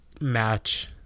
match